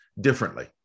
differently